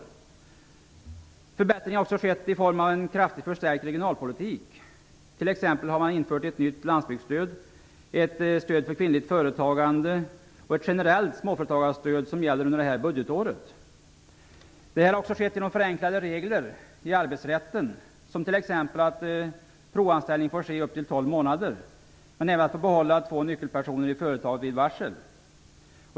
Förbättringar har också skett i form av en kraftigt förstärkt regionalpolitik. Man har t.ex. infört ett nytt landsbygdsstöd, ett stöd för kvinnligt företagande och ett generellt småföretagarstöd som gäller under det här budgetåret. Förbättringar har också skett genom förenklade regler i arbetsrätten, t.ex. att provanställning får ske i upp till 12 månader och även att få behålla två nyckelpersoner i företaget vid varsel.